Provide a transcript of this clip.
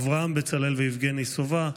אברהם בצלאל ויבגני סובה.